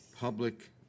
public